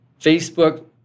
Facebook